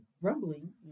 Rumbling